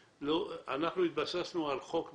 אנחנו התבססנו על חוק מסוים,